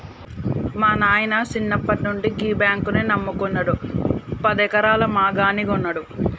మా నాయిన సిన్నప్పట్నుండి గీ బాంకునే నమ్ముకున్నడు, పదెకరాల మాగాని గొన్నడు